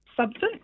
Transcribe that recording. substance